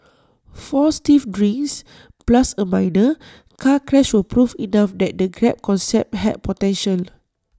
four stiff drinks plus A minor car crash were proof enough that the grab concept had potential